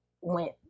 went